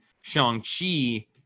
Shang-Chi